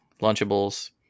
Lunchables